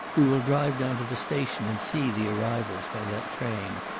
we will drive down to the station and see the arrivals by that train.